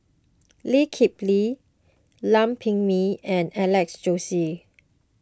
Lee Kip Lee Lam Pin Min and Alex Josey